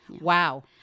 wow